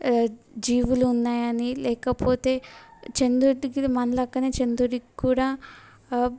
జీవులు ఉన్నాయని లేకపోతే చంద్రుడికి మన లెక్క చంద్రుడికి కూడా